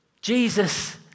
Jesus